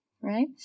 right